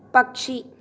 പക്ഷി